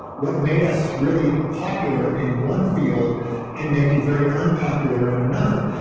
what made us really popular in one field can make you very unpopular and another.